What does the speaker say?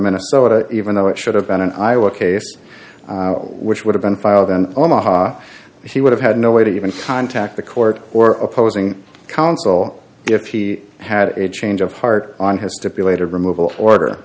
minnesota even though it should have been an iowa case which would have been filed in omaha he would have had no way to even contact the court or opposing counsel if he had a change of heart on his stipulated remov